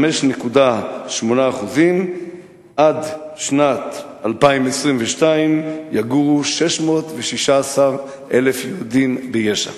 5.8%. עד שנת 2022 יגורו 616,000 יהודים ביש"ע.